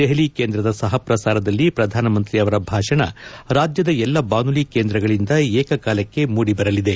ದೆಹಲಿ ಕೇಂದ್ರದ ಸಹ ಪ್ರಸಾರದಲ್ಲಿ ಪ್ರಧಾನಿ ಅವರ ಭಾಷಣ ರಾಜ್ಯದ ಎಲ್ಲ ಬಾನುಲಿ ಕೇಂದ್ರಗಳಿಂದ ಏಕಕಾಲಕ್ಕೆ ಮೂಡಿಬರಲಿದೆ